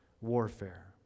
warfare